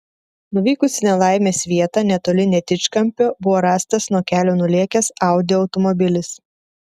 nuvykus į nelaimės vietą netoli netičkampio buvo rastas nuo kelio nulėkęs audi automobilis